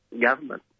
government